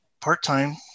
part-time